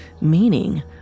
meaning